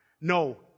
No